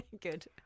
good